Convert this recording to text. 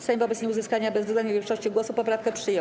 Sejm wobec nieuzyskania bezwzględnej większości głosów poprawkę przyjął.